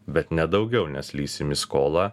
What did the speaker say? bet ne daugiau nes lįsim į skolą